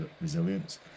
resilience